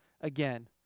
again